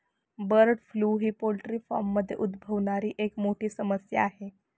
bird flu ही पोल्ट्रीमध्ये उद्भवणारी एक मोठी समस्या आहे